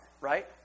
right